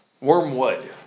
Wormwood